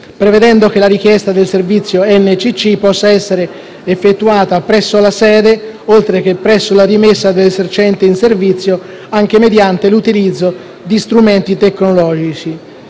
prevedendo che la richiesta del servizio NCC possa essere effettuata presso la sede, oltre che presso la rimessa dell'esercente il servizio, anche mediante l'utilizzo di strumenti tecnologici;